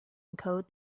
encode